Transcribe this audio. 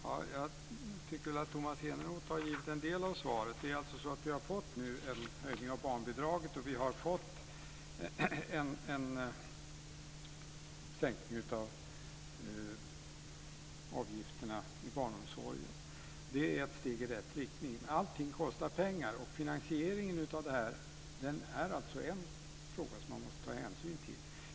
Fru talman! Jag tycker väl att Tomas Eneroth har givit en del av svaret. Det är alltså så att vi nu har fått en höjning av barnbidraget. Vi har också fått en sänkning av avgifterna i barnomsorgen. Det är ett steg i rätt riktning. Allting kostar pengar, och finansieringen av det här är en fråga som man måste ta hänsyn till.